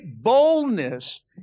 boldness